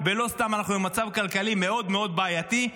ולא סתם אנחנו במצב כלכלי מאוד מאוד בעייתי,